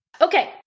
Okay